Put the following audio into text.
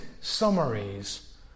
summaries